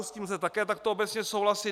S tím lze také takto obecně souhlasit.